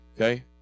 Okay